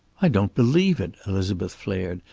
i don't believe it, elizabeth flared.